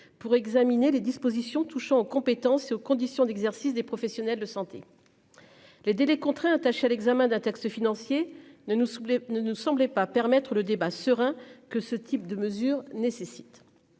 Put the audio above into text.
pour examiner les dispositions touchant aux compétences et aux conditions d'exercice des professionnels de santé. Les délais contraints attaché à l'examen d'un texte financier ne nous saouler ne ne semblait pas permettre le débat serein que ce type de mesures nécessite.